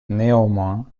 néanmoins